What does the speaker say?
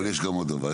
אבל יש גם עוד דבר,